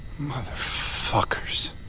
Motherfuckers